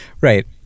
Right